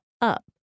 up